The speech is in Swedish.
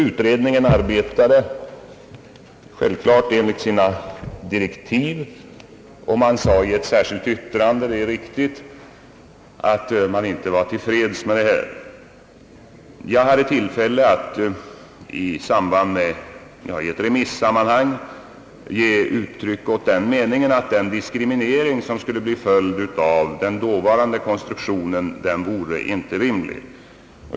Utredningen arbetade givetvis enligt sina direktiv, och man sade i ett särskilt yttrande från oppositionen — det är riktigt — att man inte var till freds med dessa förhållanden. Jag hade tillfälle att i ett remissammanhang ge uttryck åt den meningen, att den diskriminering som skulle bli en följd av den dåvarande konstruktionen inte vore rimlig.